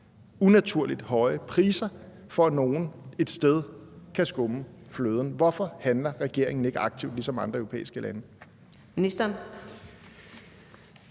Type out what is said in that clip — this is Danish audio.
unaturligt høje priser, for at nogle et sted kan skumme fløden. Hvorfor handler regeringen ikke aktivt ligesom andre europæiske lande?